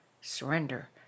Surrender